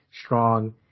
strong